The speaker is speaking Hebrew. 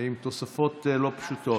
ועם תוספות לא פשוטות.